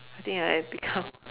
I think I have become